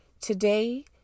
today